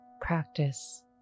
practice